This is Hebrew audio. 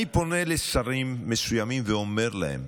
אני פונה לשרים מסוימים ואומר להם,